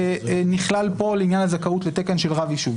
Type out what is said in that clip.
נכלל פה לעניין הזכאות לתקן של רב יישוב.